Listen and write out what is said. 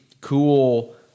cool